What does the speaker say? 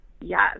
Yes